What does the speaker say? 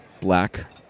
black